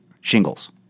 shingles